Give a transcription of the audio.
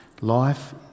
life